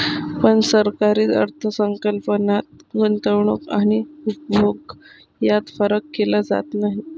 पण सरकारी अर्थ संकल्पात गुंतवणूक आणि उपभोग यात फरक केला जात नाही